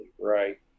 right